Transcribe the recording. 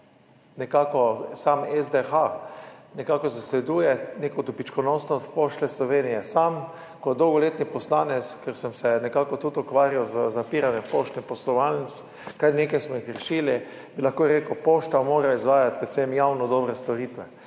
sam SDH nekako zasleduje neko dobičkonosnost Pošte Slovenije. Sam kot dolgoletni poslanec, ker sem se nekako tudi ukvarjal z zapiranjem poštnih poslovalnic, kar nekaj smo jih rešili, bi lahko rekel, da mora pošta izvajati predvsem javno dobre storitve.